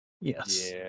Yes